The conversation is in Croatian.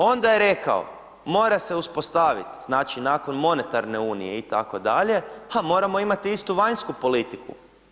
Onda je rekao mora se uspostaviti, znači nakon monetarne unije itd., ha moramo imati istu vanjsku politiku.